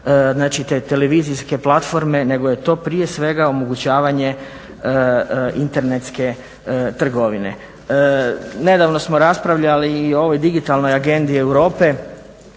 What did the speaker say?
znači te televizijske platforme nego je to prije svega omogućavanje internetske trgovine. Nedavno smo raspravljali i o ovoj digitalnoj agendi Europe